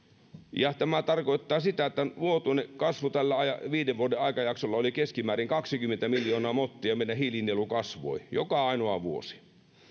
ja tämä tarkoittaa sitä että vuotuinen kasvu tällä viiden vuoden aikajaksolla oli keskimäärin kaksikymmentä miljoonaa mottia ja meidän hiilinielumme kasvoi joka ainoa vuosi